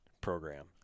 program